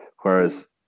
Whereas